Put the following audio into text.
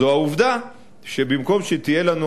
זה העובדה שבמקום שתהיה לנו,